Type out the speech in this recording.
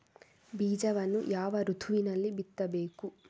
ಬೀಜವನ್ನು ಯಾವ ಋತುವಿನಲ್ಲಿ ಬಿತ್ತಬೇಕು?